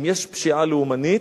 אם יש פשיעה לאומנית,